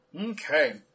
Okay